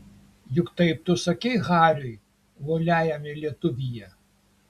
juk taip tu sakei hariui uoliajame lietuvyje